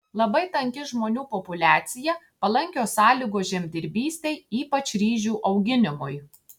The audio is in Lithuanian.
labai tanki žmonių populiacija palankios sąlygos žemdirbystei ypač ryžių auginimui